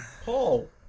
Paul